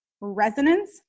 resonance